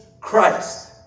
Christ